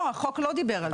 לא, החוק לא דיבר על זה.